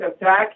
attack